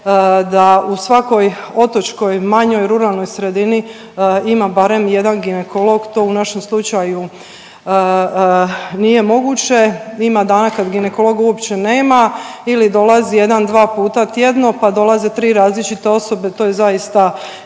da u svakoj otočkoj manjoj ruralnoj sredini ima barem jedan ginekolog. To u našem slučaju nije moguće. Ima dana kada ginekologa uopće nema ili dolazi 1, 2 puta tjedno pa dolaze 3 različite osobe to je zaista